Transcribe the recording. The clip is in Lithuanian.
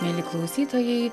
mieli klausytojai